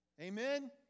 Amen